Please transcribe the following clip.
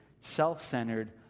self-centered